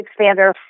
Expander